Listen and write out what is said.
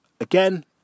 again